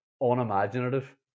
unimaginative